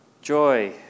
Joy